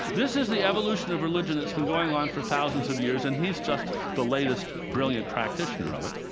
this is the evolution of religion that's been going on for thousands of years, and he's just the latest brilliant practitioner of it.